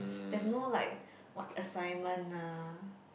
there's no like what assignment ah